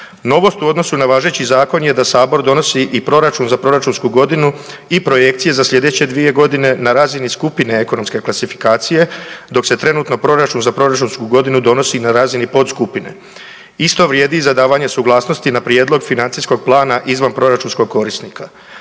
Novost u odnosu na važeći zakon je da sabor donosi i proračun za proračunsku godinu i projekcije za slijedeće dvije godine na razini skupine ekonomske klasifikacije dok se trenutno proračun za proračunsku godinu donosi na razini podskupine. Isto vrijedi i za davanje suglasnosti na prijedlog financijskog plana izvanproračunskog korisnika.